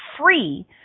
free